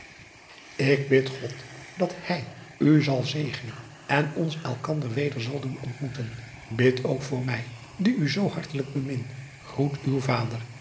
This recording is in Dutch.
k bid od dat ij u zal zegenen en ons elkander weder zal doen ontmoeten id ook voor mij die u zoo hartelijk bemin groet uw vader